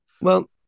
Well-